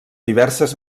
diverses